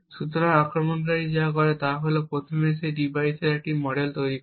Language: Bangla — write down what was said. সুতরাং আক্রমণকারী যা করে তা হল প্রথমে সে ডিভাইসের একটি মডেল তৈরি করে